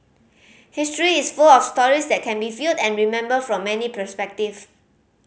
history is full of stories that can be viewed and remembered from many perspective